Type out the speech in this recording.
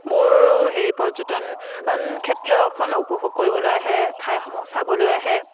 বোৰ সেই পৰ্যটন ক্ষেত্ৰখন উপভোগ কৰিবলৈ আহে ঠাইসমূহ চাবলৈ আহে